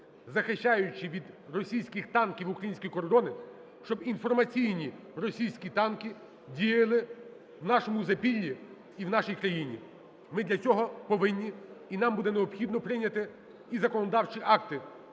захищаючи від російських танків українські кордони, щоб інформаційні російські танки діяли в нашому запіллі і в нашій країні. Ми для цього повинні, і нам буде необхідно прийняти і законодавчі акти,